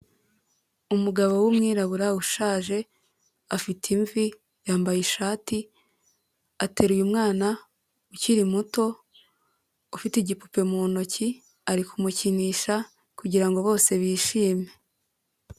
Umugabo w'umwirabura ushaje, afite imvi, yambaye ishati, ateruye umwana ukiri muto ufite igipupe mu ntoki, ari kumukinisha kugira ngo bose bishime.